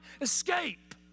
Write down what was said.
escape